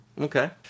Okay